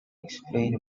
explain